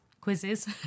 Quizzes